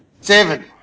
Seven